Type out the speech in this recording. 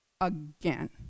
again